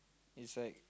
is like